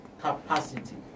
capacity